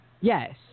Yes